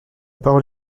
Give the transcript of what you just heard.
parole